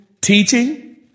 teaching